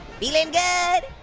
feelin' good!